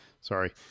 Sorry